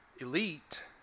Elite